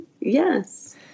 Yes